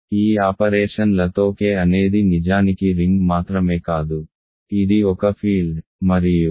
ఈ ఆపరేషన్లతో K అనేది నిజానికి రింగ్ మాత్రమే కాదు ఇది ఒక ఫీల్డ్ మరియు ఇది సులభమైన ఎక్సర్సైజ్